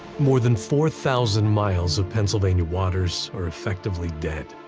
more than four thousand miles of pennsylvania waters are effectively dead,